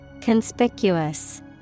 Conspicuous